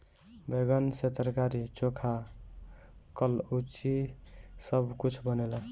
बैगन से तरकारी, चोखा, कलउजी सब कुछ बनेला